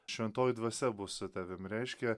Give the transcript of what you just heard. šventoji dvasia bus su tavim reiškia